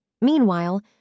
Meanwhile